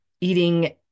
eating